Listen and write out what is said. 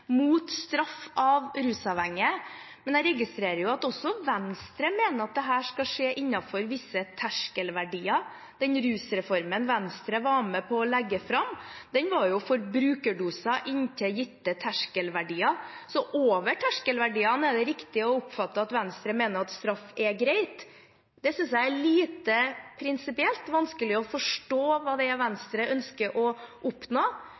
mot straff av rusavhengige, men jeg registrerer jo at også Venstre mener dette skal skje innenfor visse terskelverdier. Den rusreformen Venstre var med på å legge fram, var for brukerdoser inntil gitte terskelverdier, slik at over terskelverdiene er det riktig å oppfatte at Venstre mener straff er greit. Det synes jeg er lite prinsipielt, og at det er vanskelig å forstå hva det er Venstre ønsker å oppnå.